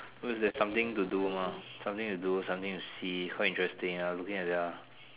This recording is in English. cause there's something to do mah something to do something to see quite interesting looking at their